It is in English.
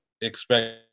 expect